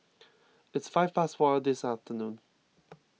its five past four in the afternoon